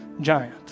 giant